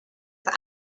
many